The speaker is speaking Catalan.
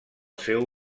seu